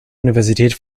universität